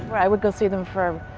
i would go see them for